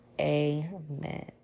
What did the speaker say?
Amen